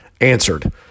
answered